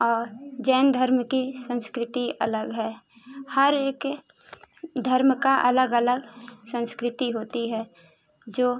और जैन धर्म की संस्कृति अलग है हर एक धर्म का अलग अलग संस्कृति होती है जो